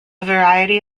variety